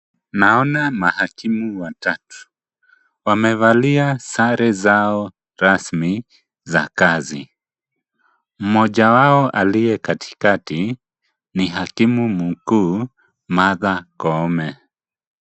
Naona mahakimu watatu. Wamevalia sare zao rasmi za kazi. Mmoja wao aliye katikati, ni hakimu mkuu Matha Koome.